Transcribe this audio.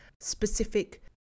specific